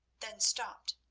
then stopped.